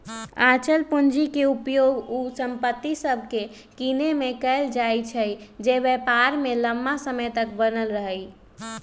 अचल पूंजी के उपयोग उ संपत्ति सभके किनेमें कएल जाइ छइ जे व्यापार में लम्मा समय तक बनल रहइ